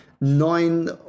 nine